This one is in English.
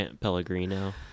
Pellegrino